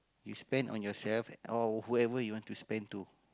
you spend on yourself or whoever you want to spend to